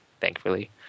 thankfully